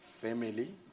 family